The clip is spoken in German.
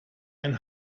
ein